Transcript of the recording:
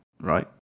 Right